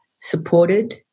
supported